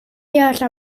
göra